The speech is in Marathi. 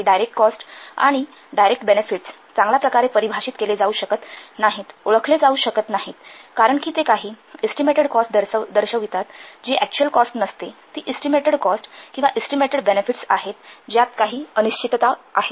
काही डायरेक्ट कॉस्ट आणि डायरेक्ट बेनेफिट्स चांगल्या प्रकारे परिभाषित केले जाऊ शकत नाहीत ओळखले जाऊ शकत नाही कारण कि ते काही एस्टीमेटेड कॉस्ट दर्शवितात जी अक्टच्युअल कॉस्ट नसते ती एस्टीमेटेड कॉस्ट किंवा एस्टीमेटेड बेनेफिट्स आहेत ज्यात काही अनिश्चितता आहे